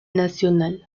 nacional